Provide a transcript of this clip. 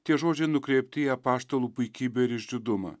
tie žodžiai nukreipti į apaštalų puikybę ir išdidumą